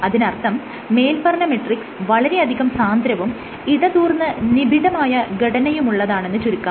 അതിനർത്ഥം മേല്പറഞ്ഞ മെട്രിക്സ് വളരെയധികം സാന്ദ്രവും ഇടതൂർന്ന് നിബിഡമായ ഘടനയുള്ളതുമാണെന്ന് ചുരുക്കം